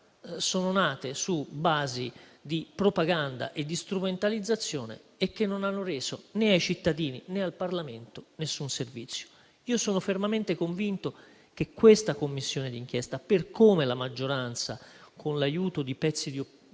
sono nate su basi di propaganda e di strumentalizzazione e che non hanno reso, né ai cittadini, né al Parlamento, alcun servizio. Io sono fermamente convinto che questa Commissione d'inchiesta, per come la maggioranza, con l'aiuto di pezzi di opposizione,